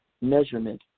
measurement